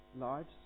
lives